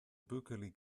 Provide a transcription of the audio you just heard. buachaillí